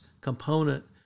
component